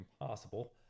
impossible